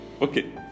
Okay